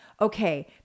okay